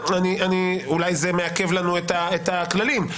אולי זה מעכב לנו את הכללים.